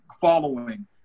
following